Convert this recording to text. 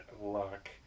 luck